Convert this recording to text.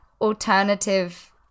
alternative